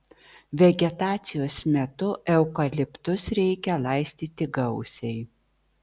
vegetacijos metu eukaliptus reikia laistyti gausiai